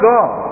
God